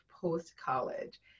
post-college